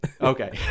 Okay